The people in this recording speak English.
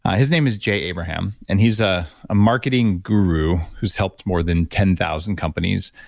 his name is jay abraham, and he's a marketing guru who's helped more than ten thousand companies,